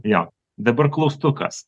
jo dabar klaustukas